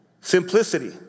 simplicity